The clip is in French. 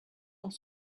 dans